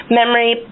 memory